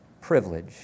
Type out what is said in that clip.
privilege